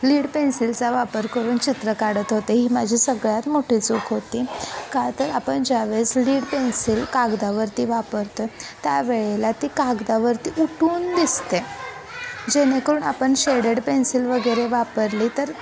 lead पेन्सिलचा वापर करून चित्र काढत होते ही माझी सगळ्यात मोठी चूक होती का तर आपण ज्यावेळेस लीड पेन्सिल कागदावरती वापरतो आहे त्यावेळेला ती कागदावरती उठून दिसते जेणेकरून आपण शेडेड पेन्सिल वगैरे वापरली तर